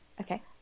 okay